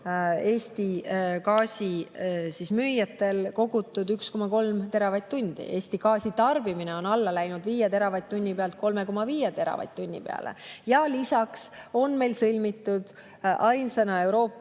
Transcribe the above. Eesti gaasimüüjad kogunud 1,3 teravatt-tundi. Eesti gaasitarbimine on alla läinud: 5 teravatt-tunni pealt 3,5 teravatt-tunni peale. Lisaks on meil sõlmitud ainsana Euroopas